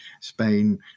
Spain